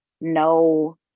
no